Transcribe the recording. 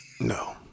No